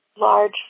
large